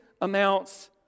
amounts